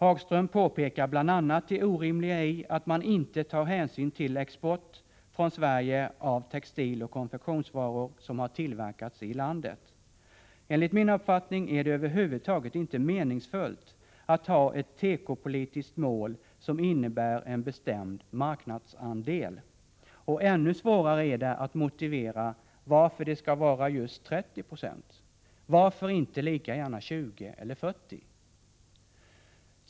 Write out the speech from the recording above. Hagström påpekar bl.a. det orimliga i att man inte tar hänsyn till export från Sverige av textiloch konfektionsvaror som har tillverkats i landet. Enligt min uppfattning är det över huvud taget inte meningsfullt att ha ett tekopolitiskt mål som innebär en bestämd marknadsandel. Och ännu svårare är det att motivera varför det skall vara just 30 26. Varför inte lika gärna 20 eller 40 96?